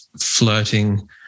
flirting